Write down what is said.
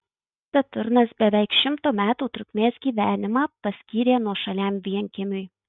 saturnas beveik šimto metų trukmės gyvenimą paskyrė nuošaliam vienkiemiui